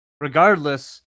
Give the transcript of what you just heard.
regardless